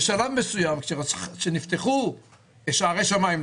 בשלב מסוים כשנפתחו שערי שמים,